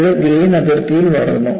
ഇത് ഗ്രേൻ അതിർത്തിയിൽ വളർന്നു